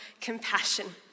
compassion